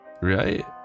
right